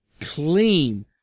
Clean